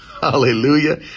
Hallelujah